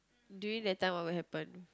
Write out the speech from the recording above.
during that time what will happen